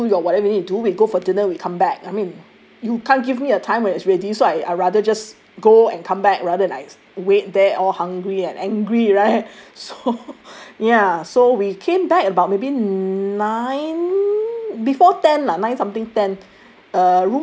you do your whatever you do we go for dinner we come back I mean you can't give me a time when it's ready so I rather just go and come back rather like wait there all hungry and angry right so ya so we came back about maybe nine before ten lah nine something ten